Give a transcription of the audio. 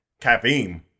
Caffeine